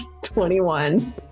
21